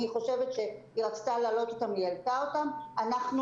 אני חושבת שהיא רצתה להעלות אותם והיא העלתה אותם,